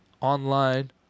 online